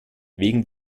wegen